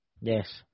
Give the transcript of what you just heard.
Yes